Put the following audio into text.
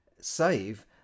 save